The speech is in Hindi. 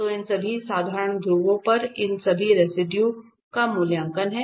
तो इन सभी साधारण ध्रुवों पर इन सभी रेसिडुए का मूल्य है